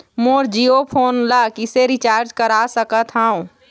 मोर Jio phone ला किसे recharge करा सकत हवं?